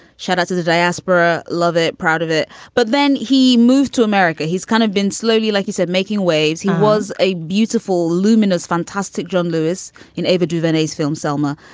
shout out to the diaspora. love it. proud of it but then he moved to america. he's kind of been slowly like you said making waves. he was a beautiful luminous fantastic john lewis in overdue venice film selma.